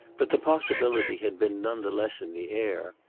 but the possibility had been none the less in the air.